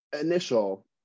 initial